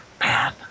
man